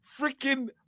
freaking